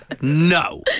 No